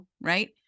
Right